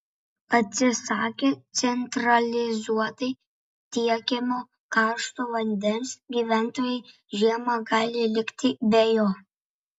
atsisakę centralizuotai tiekiamo karšto vandens gyventojai žiemą gali likti be jo